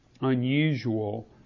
unusual